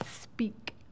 speak